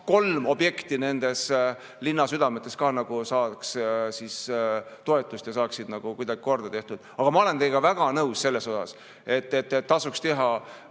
kolm objekti nendes linnasüdametes saaks toetust ja saaks kuidagi korda tehtud. Aga ma olen teiega väga nõus selles osas, et tasuks teha